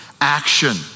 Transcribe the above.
action